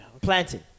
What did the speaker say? Planting